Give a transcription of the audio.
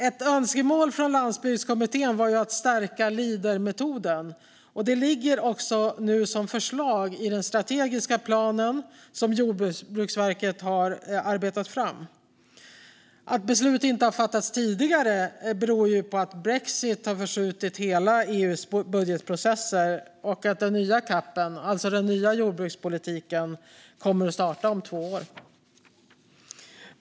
Ett önskemål från Landsbygdskommittén var att stärka Leader-metoden. Det ligger också som förslag i den strategiska plan som Jordbruksverket har arbetat fram. Att beslut inte har fattats tidigare beror på att brexit förskjutit EU:s budgetprocesser och att den nya CAP:en, alltså den nya jordbrukspolitiken, kommer att starta om två år.